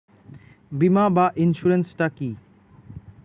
বিমা বা ইন্সুরেন্স টা কি?